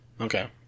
okay